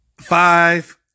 Five